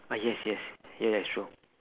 ah yes yes yeah that's true